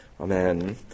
Amen